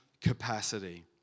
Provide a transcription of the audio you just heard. capacity